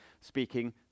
speaking